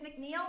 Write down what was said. McNeil